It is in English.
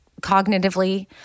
cognitively